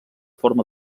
forma